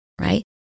right